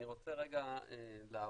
אני רוצה רגע לעבור,